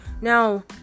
now